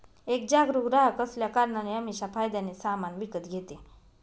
एक जागरूक ग्राहक असल्या कारणाने अमीषा फायद्याने सामान विकत घेते